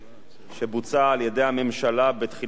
שבוצע על-ידי הממשלה בתחילת הכהונה